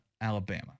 Alabama